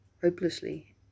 hopelessly